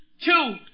two